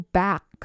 back